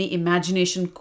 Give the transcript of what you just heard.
imagination